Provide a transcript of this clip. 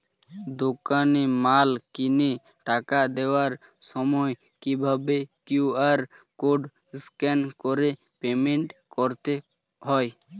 দোকানে মাল কিনে টাকা দেওয়ার সময় কিভাবে কিউ.আর কোড স্ক্যান করে পেমেন্ট করতে হয়?